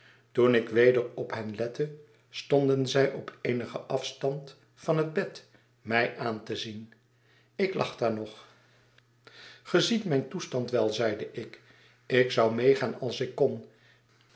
toen ik weder op hen lette stonden zij op eenigen afstand van het bed mij aan te zien ik lag daar nog ge ziet mijn toestand wel zeide ik ik zou meegaan als ik kon